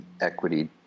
equity